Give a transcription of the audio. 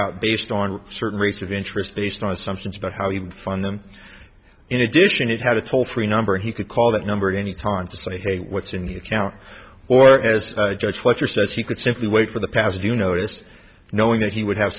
out based on certain rates of interest based on assumptions about how he would fund them in addition it had a toll free number he could call that number at any time to say hey what's in the account or as a judge what's your sense you could simply wait for the past to notice knowing that he would have